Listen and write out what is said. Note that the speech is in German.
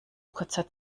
kurzer